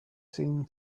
seem